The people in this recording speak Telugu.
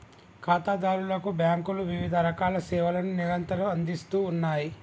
ఖాతాదారులకు బ్యాంకులు వివిధరకాల సేవలను నిరంతరం అందిస్తూ ఉన్నాయి